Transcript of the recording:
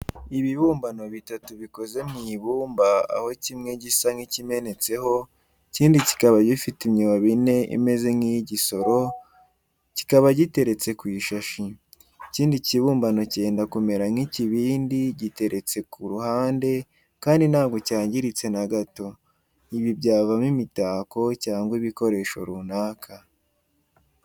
Ibibumbano bitatu bikoze mu ibumba aho kimwe gisa n'ikimenetseho, ikindi kikaba gifite imyobo ine imeze nk'iy'igisoro, kikaba giteretse ku ishashi. Ikindi kibumbano cyenda kumera nk'ikibindi giteretse ku ruhande kandi ntabwo cyandiritse na gato. Ibi byavamo imitako cyangwa ibikoresho runaka.